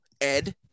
Ed